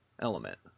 element